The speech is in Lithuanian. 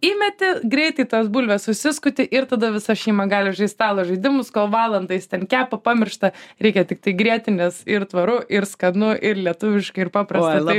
įmeti greitai tas bulves susiskuti ir tada visa šeima gali žaist stalo žaidimus kol valandą jis ten kepa pamiršta reikia tiktai grietinės ir tvaru ir skanu ir lietuviška ir paprasta